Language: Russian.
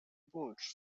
бундж